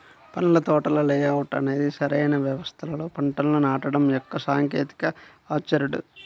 పండ్ల తోటల లేఅవుట్ అనేది సరైన వ్యవస్థలో పంటలను నాటడం యొక్క సాంకేతికత ఆర్చర్డ్